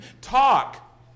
talk